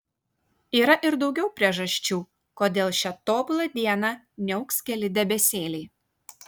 yra ir daugiau priežasčių kodėl šią tobulą dieną niauks keli debesėliai